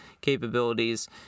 capabilities